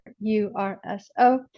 U-R-S-O